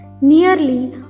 nearly